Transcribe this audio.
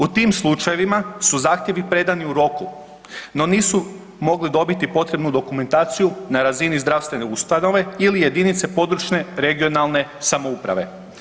U tim slučajevima su zahtjevi predani u roku, no nisu mogli dobiti potrebnu dokumentaciju na razini zdravstvene ustanove ili jedinice područne (regionalne) samouprave.